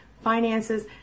finances